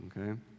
okay